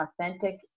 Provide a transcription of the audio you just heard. authentic